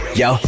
yo